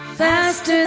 faster